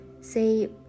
say